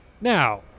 Now